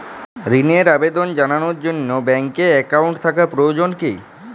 ঋণের আবেদন জানানোর জন্য ব্যাঙ্কে অ্যাকাউন্ট থাকা প্রয়োজন কী?